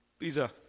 Lisa